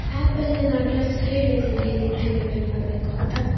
ಆ್ಯಪಲ್ಲೇ ನಾನು ಅಡ್ರೆಸ್ ಹೇಳಿದ್ದೀನಿ ಎಲ್ಲಿಗೆ ಡಿಲಿವರ್ ಮಾಡಬೇಕು ಅಂತ